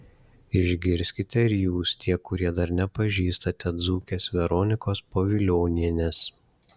išgirskite ir jūs tie kurie dar nepažįstate dzūkės veronikos povilionienės